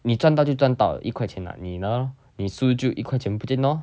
你赚到就赚到了一块钱呢你呢你输就一块钱不见 lor